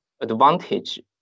advantage